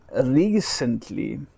recently